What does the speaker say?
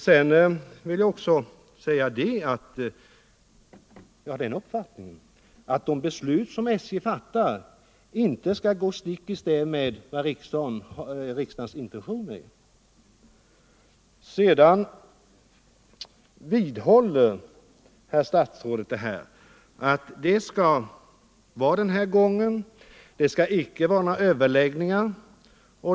Jag har också den uppfattningen att de beslut som SJ fattar inte skall gå stick i stäv med riksdagens intentioner. Herr statsrådet vidhåller att det skall vara den här gången — det skall icke vara några överläggningar.